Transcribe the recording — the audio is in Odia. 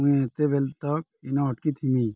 ମୁଇଁ ଏତେ ବେଲ୍ ତ ଇନ୍ ଅଟ୍କି ଥିମି